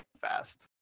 fast